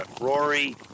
Rory